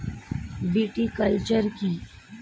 Viticulture কী?